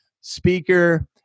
speaker